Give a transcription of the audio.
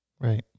Right